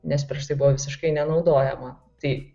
nes prieš tai buvo visiškai nenaudojama tai